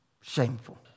shameful